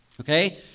Okay